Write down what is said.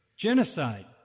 Genocide